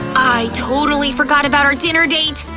i totally forgot about our dinner date!